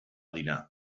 dinar